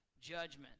judgment